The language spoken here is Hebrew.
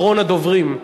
אחרון הדוברים,